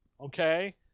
Okay